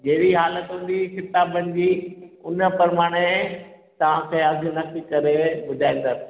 जहिड़ी हालत हूंदी किताबनि जी उन परमाणे तव्हांखे अघु नकी करे ॿुधाईंदासीं